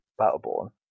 Battleborn